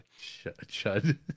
Chud